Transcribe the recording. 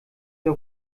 der